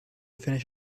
finish